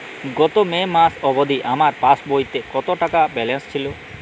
গত মে মাস অবধি আমার পাসবইতে কত টাকা ব্যালেন্স ছিল?